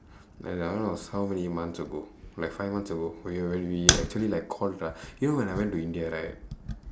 ya that one was how many months ago like five months ago when we actually like call ra~ you know when I went to india right